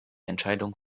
entscheidung